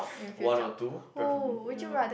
one or two preferably for me ya